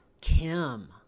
kim